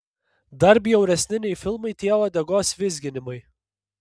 dar bjauresni nei filmai tie uodegos vizginimai